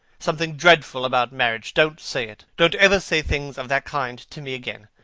something dreadful about marriage. don't say it. don't ever say things of that kind to me again.